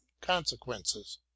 consequences